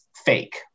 fake